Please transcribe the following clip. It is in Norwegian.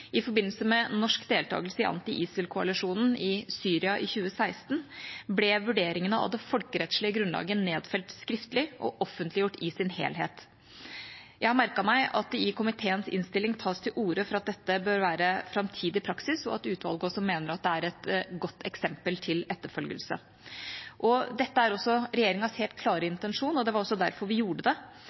I forbindelse med norsk deltakelse i anti-ISIL-koalisjonen i Syria i 2016 ble vurderingene av det folkerettslige grunnlaget nedfelt skriftlig og offentliggjort i sin helhet. Jeg har merket meg at det i komiteens innstilling tas til orde for at dette bør være framtidig praksis, og at utvalget også mener at det er et godt eksempel til etterfølgelse. Dette er også regjeringas helt klare intensjon, og det var også derfor vi gjorde det.